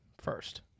first